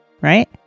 Right